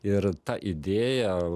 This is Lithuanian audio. ir ta idėja